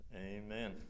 Amen